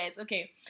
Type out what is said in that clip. okay